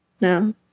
No